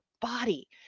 body